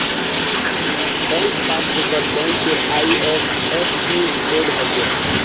bank पासबुकत बैंकेर IFSC code हछे